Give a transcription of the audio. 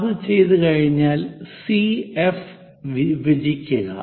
അത് ചെയ്തുകഴിഞ്ഞാൽ CF വിഭജിക്കുക